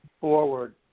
forward